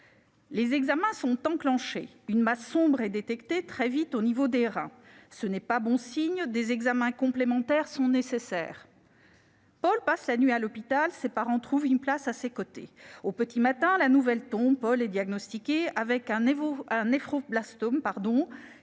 Des examens sont effectués. Une masse sombre est très vite détectée au niveau des reins. Ce n'est pas bon signe, des examens complémentaires sont nécessaires. Paul passe la nuit à l'hôpital, ses parents trouvent une place à ses côtés. Au petit matin, la nouvelle tombe : on diagnostique chez Paul un néphroblastome,